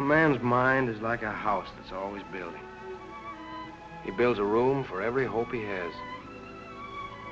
a man's mind is like a house that's always built it builds a room for every hope it has